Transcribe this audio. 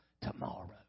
tomorrow